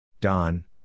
Don